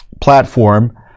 platform